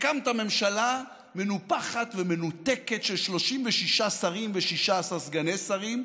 הקמת ממשלה מנופחת ומנותקת של 36 שרים ו-16 סגני שרים,